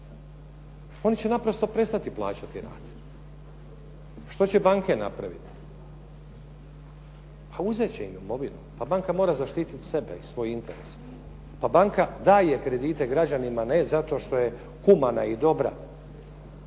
Oni će naprosto prestati plaćati rate. Što će banke napraviti? Pa uzeti će im imovinu. Pa banka mora zaštititi sebe i svoj interes. Pa banka daje kredite građanima ne zato što je humana i dobra,